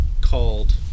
called